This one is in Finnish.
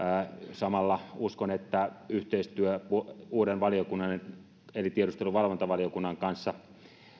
samalla uskon että yhteistyö uuden valiokunnan eli tiedusteluvalvontavaliokunnan kanssa